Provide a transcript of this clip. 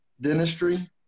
Dentistry